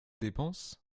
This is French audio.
dépenses